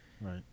Right